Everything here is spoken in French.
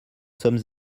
sommes